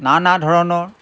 নানা ধৰণৰ